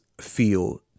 feel